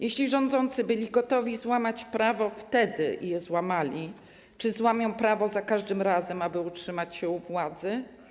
Jeśli rządzący byli wtedy gotowi złamać prawo i je złamali, czy złamią prawo za każdym razem, aby utrzymać się u władzy?